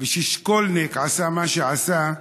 וכששקולניק עשה מה שעשה,